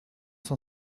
s’en